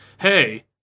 Hey